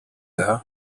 her